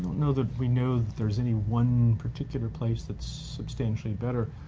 know that we know that there's any one particular place that's substantially better.